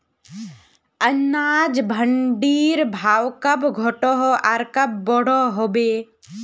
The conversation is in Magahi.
अनाज मंडीर भाव कब घटोहो आर कब बढ़ो होबे?